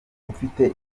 ufite